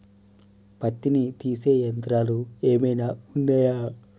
పత్తిని తీసే యంత్రాలు ఏమైనా ఉన్నయా?